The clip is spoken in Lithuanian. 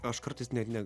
aš kartais net ne